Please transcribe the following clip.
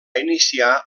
iniciar